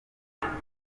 indege